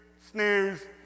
snooze